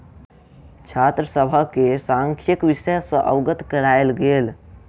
छात्र सभ के सांख्यिकी विषय सॅ अवगत करायल गेल